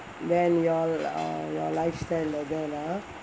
then you all oh your lifestyle like that ah